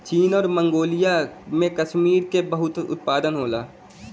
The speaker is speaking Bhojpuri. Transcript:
चीन आउर मन्गोलिया में कसमीरी क बहुत उत्पादन होला